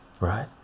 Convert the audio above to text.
right